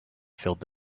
filled